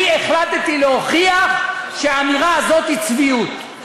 אני החלטתי להוכיח שהאמירה הזאת היא צביעות,